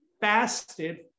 fasted